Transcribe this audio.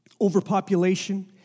overpopulation